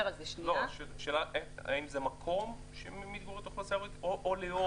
שאלה האם זה מקום שבו מתגוררת האוכלוסייה הערבית או לאום?